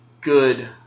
good